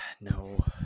No